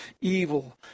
evil